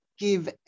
give